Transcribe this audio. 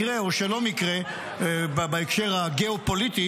במקרה או שלא במקרה בהקשר הגיאופוליטי,